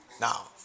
Now